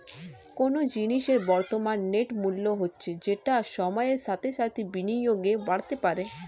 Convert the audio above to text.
কোনো জিনিসের বর্তমান নেট মূল্য হচ্ছে যেটা সময়ের সাথে সাথে বিনিয়োগে বাড়তে পারে